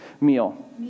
meal